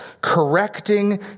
correcting